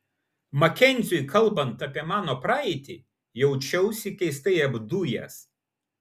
makenziui kalbant apie mano praeitį jaučiausi keistai apdujęs